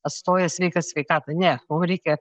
atstoja sveiką sveikatą ne mum reikia